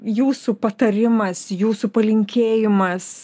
jūsų patarimas jūsų palinkėjimas